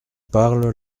parle